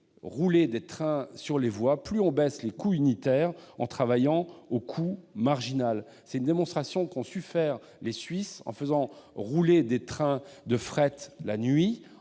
rouler de trains sur les voies, plus on baisse les coûts unitaires, en travaillant sur le coût marginal. C'est une démonstration qu'a su faire la Suisse en faisant rouler des trains de fret la nuit,